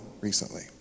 recently